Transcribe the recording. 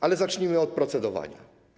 Ale zacznijmy od procedowania.